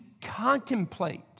contemplate